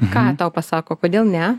ką tau pasako kodėl ne